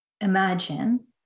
imagine